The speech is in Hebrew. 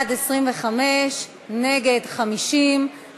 אני מבקשת לרדת.